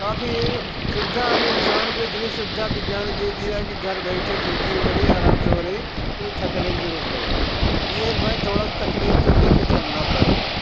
काफ़ी यह सुविधा अब इंसान भी इतनी सुविधा विज्ञान ने दे दिया है कि घर बैठे खेती हो रही आराम से हो रही कोई थकने की जरूरत नहीं है यह है कि भाई थोड़ा से तकलीफ तो लेके चलना पड़ेगा